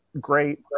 great